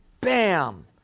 bam